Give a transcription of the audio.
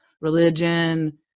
religion